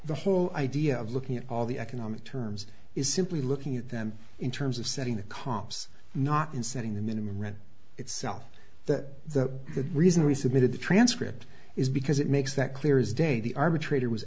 the whole idea of looking at all the economic terms is simply looking at them in terms of setting the cops not in setting the minimum read itself that the good reason resubmitted the transcript is because it makes that clear as day the arbitrator was